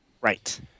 Right